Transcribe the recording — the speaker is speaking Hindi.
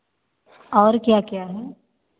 और क्या क्या है